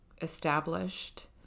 established